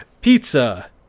Pizza